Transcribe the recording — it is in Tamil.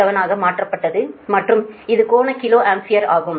2187 ஆக மாற்றப்பட்டது மற்றும் இது கோண கிலோ ஆம்பியர் ஆகும்